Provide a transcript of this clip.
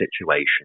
situation